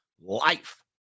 life